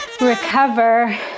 recover